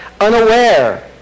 unaware